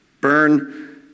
Burn